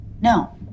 No